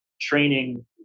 training